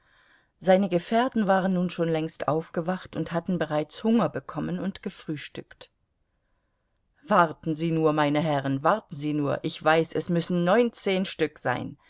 seine gefährten waren schon längst aufgewacht und hatten bereits hunger bekommen und gefrühstückt warten sie nur meine herren warten sie nur ich weiß es müssen neunzehn stück sein